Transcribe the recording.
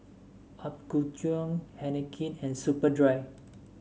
Apgujeong Heinekein and Superdry